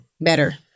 better